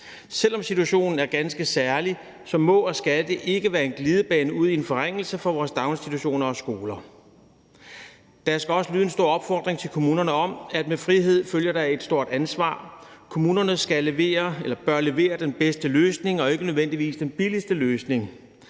Selv om situationen er ganske særlig, må og skal det ikke være en glidebane ud i en forringelse for vores daginstitutioner og skoler. Der skal også lyde en stor påmindelse til kommunerne om, at med frihed følger der et stort ansvar. Kommunerne bør levere den bedste løsning og ikke nødvendigvis den billigste løsning.